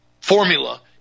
formula